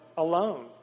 alone